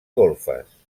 golfes